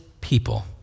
people